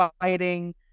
fighting